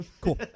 Cool